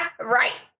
Right